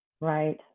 Right